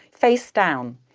face down.